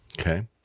Okay